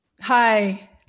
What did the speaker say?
Hi